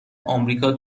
آمریکا